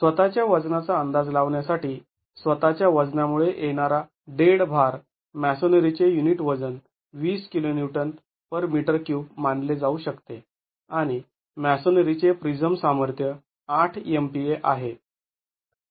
स्वतःच्या वजनाचा अंदाज लावण्यासाठी स्वतःच्या वजनामुळे येणारा डेड भार मॅसोनरीचे युनिट वजन २० kNm3 मानले जाऊ शकते आणि मॅसोनरीचे प्रिझम सामर्थ्य ८ MPa आहे